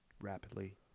rapidly